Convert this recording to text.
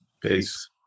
peace